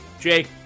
Jake